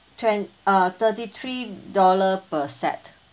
twen~ uh thirty three dollar per set